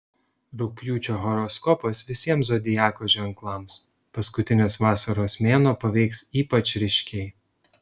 rugpjūčio horoskopas visiems zodiako ženklams paskutinis vasaros mėnuo paveiks ypač ryškiai